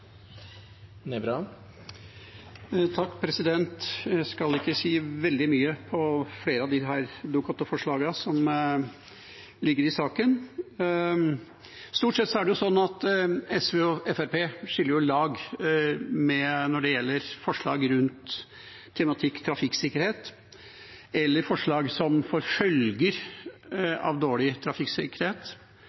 Jeg skal ikke si veldig mye om flere av disse Dokument 8-forslagene som ligger i saken. Stort sett er det sånn at SV og Fremskrittspartiet skiller lag når det gjelder forslag rundt tematikken trafikksikkerhet, eller forslag som får dårlig trafikksikkerhet